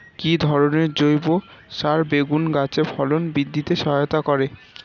কি ধরনের জৈব সার বেগুন গাছে ফলন বৃদ্ধিতে সহায়তা করে?